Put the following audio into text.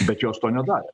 bet jos to nedarė